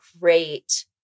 great